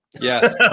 Yes